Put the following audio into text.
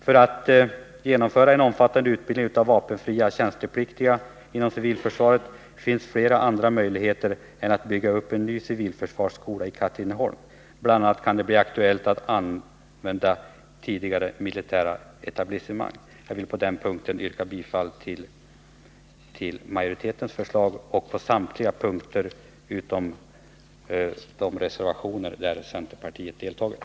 För att genomföra en omfattande utbildning av vapenfria tjänstepliktiga inom civilförsvaret finns flera andra m gheter än att bygga upp en ny civilförsvarsskola i Katrineholm. BI. a. kan det bli aktuellt att använda tidigare militära etablissemang. Jag vill på den punkten liksom på samtliga punkter i övrigt utom de där centerpartisterna avgivit reservationer yrka bifall till utskottsmajoritetens förslag.